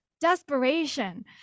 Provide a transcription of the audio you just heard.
desperation